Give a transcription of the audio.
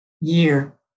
year